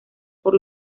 por